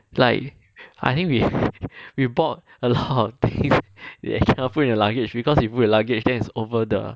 like I think we we bought a lot of things cannot put in your luggage because you put your luggage that is over the